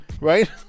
Right